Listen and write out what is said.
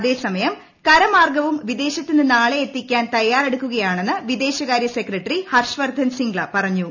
അതേസമയം കരമാർഗവും വിദേശത്ത് നിന്ന് ആളെ എത്തിക്കാൻ തയ്യാറെടുക്കുകയാണെന്ന് വിദേശകാര്യ സെക്രട്ടറി ഹർഷവർധൻ സിംഗ്ള പറഞ്ഞു